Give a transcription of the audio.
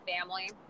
family